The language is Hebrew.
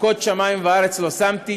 חֻקות שמים וארץ לא שמתי".